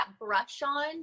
brush-on